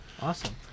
Awesome